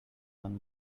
one